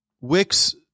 Wicks